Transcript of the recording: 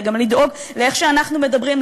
אלא גם לדאוג איך אנחנו מדברים,